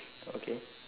okay